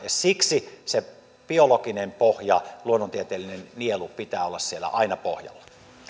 ja siksi se biologinen pohja luonnontieteellinen nielu pitää olla siellä aina pohjalla